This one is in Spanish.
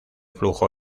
flujo